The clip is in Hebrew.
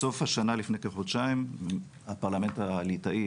בסוף השנה לפני כחודשיים הפרלמנט הליטאי